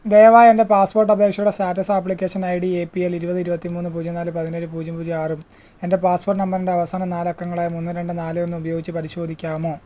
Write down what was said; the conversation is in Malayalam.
ദയവായി എൻ്റെ പാസ്പോർട്ട് അപേക്ഷയുടെ status application I D A P L ഇരുപത് ഇരുപത്തി മൂന്ന് പൂജ്യം നാല് പതിനേഴ് പൂജ്യം പൂജ്യം ആറും എൻ്റെ പാസ്പോർട്ട് നമ്പറിൻ്റെ അവസാന നാലക്കങ്ങളായ മൂന്ന് രണ്ട് നാല് ഒന്നും ഉപയോഗിച്ച് പരിശോധിക്കാമോ